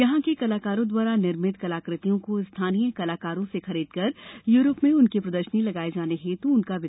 यहां के कलाकारों द्वारा निर्मित कलाकृतियों को स्थानीय कलाकारों से खरीदकर यूरोप में उसकी प्रदर्शनी लगाई जाने हेतु और उनका विक्रय किया जाएगा